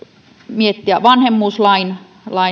miettiä vanhemmuuslain